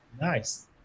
Nice